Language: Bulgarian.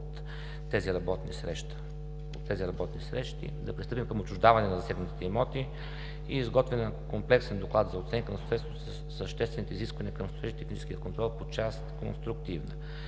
от тези работни срещи, да пристъпим към отчуждаване на засегнатите имоти и изготвяне на комплексен доклад за оценка на съществените изисквания към строително-техническия контрол по част „Конструктивна“.